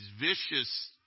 vicious